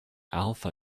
alpha